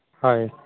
ᱦᱳᱭ